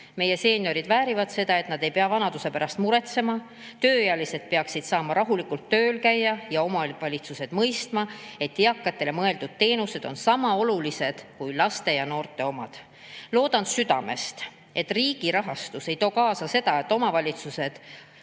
Meie seeniorid väärivad seda, et nad ei peaks vanaduse pärast muretsema. Tööealised peaksid saama rahulikult tööl käia ja omavalitsused peaksid mõistma, et eakatele mõeldud teenused on sama olulised kui laste ja noorte omad. Loodan südamest, et riigi rahastus ei too kaasa seda, et omavalitsused